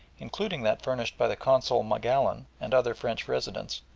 including that furnished by the consul magallon and other french residents,